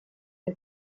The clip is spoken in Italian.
del